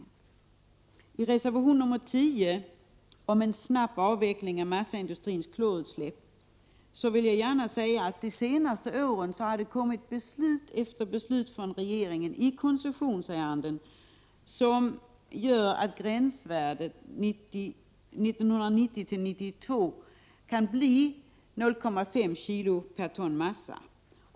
När det gäller reservation 10, om en snabb avveckling av massaindustrins klorutsläpp, vill jag gärna säga att under de senaste åren har det fattats beslut efter beslut av regeringen i koncessionsärenden, varför gränsvärdet 1990 1992 kan bli 0,5 kg per ton massa.